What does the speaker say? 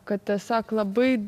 kad tiesiog labai